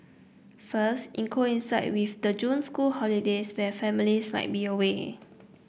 first it coincided with the June school holidays when families might be away